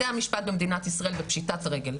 בתי המשפט במדינת ישראל בפשיטת רגל.